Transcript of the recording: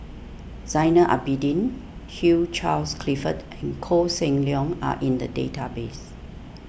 Zainal Abidin Hugh Charles Clifford and Koh Seng Leong are in the database